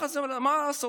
מה לעשות?